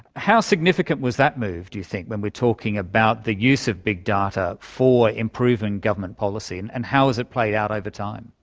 how significant was that move, do you think, when we are talking about the use of big data for improving government policy, and and how has it played out over time?